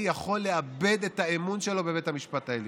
יכול לאבד את האמון שלו בבית המשפט העליון.